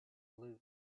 loot